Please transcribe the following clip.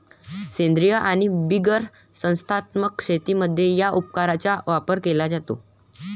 सेंद्रीय आणि बिगर संस्थात्मक शेतीमध्ये या उपकरणाचा वापर केला जातो